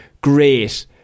Great